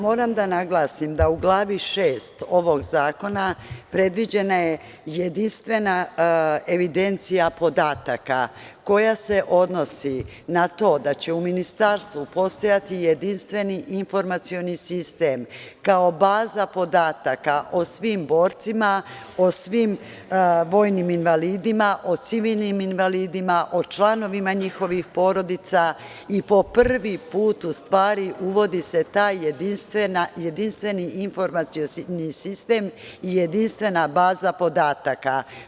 Moram da naglasim da u glavi 6. ovog zakona predviđena je jedinstvena evidencija podataka koja se odnosi na to da će u ministarstvu postojati Jedinstveni informacioni sistem kao baza podataka o svim borcima, o svim vojnim invalidima, o civilnim invalidima, o članovima njihovih porodica i po prvi put u stvari uvodi se taj jedinstveni informacioni sistem i jedinstvena baza podataka.